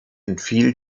entfiel